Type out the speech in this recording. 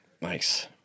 Nice